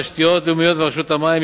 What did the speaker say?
משרד התשתיות הלאומיות ורשות המים,